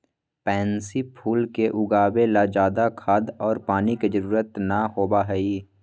pansy फूल के उगावे ला ज्यादा खाद और पानी के जरूरत ना होबा हई